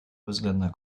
bezwzględna